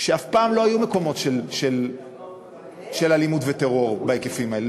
שאף פעם לא היו מקומות של אלימות וטרור בהיקפים האלה.